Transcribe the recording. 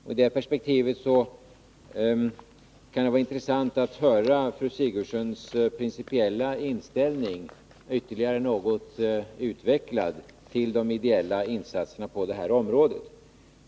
I det perspektivet kan det vara intressant att få höra fru Sigurdsens principiella inställning till de ideella insatserna på det här området ytterligare något utvecklad.